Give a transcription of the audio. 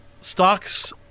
stocks